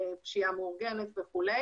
פשיעה מאורגנת וכו'.